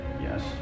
Yes